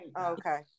Okay